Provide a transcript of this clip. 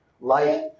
life